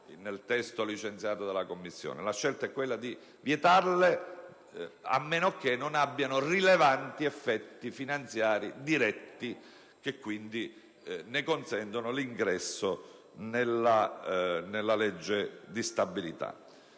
nel testo licenziato dalla Commissione: si è deciso di vietarle, a meno che non abbiano rilevanti effetti finanziari diretti che, quindi, ne consentano l'ingresso nella legge di stabilità.